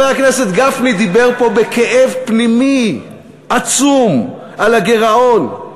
חבר הכנסת גפני דיבר פה בכאב פנימי עצום על הגירעון.